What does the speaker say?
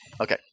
Okay